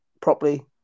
properly